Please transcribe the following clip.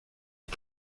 est